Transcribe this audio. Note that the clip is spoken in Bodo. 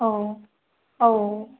औ औ